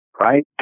right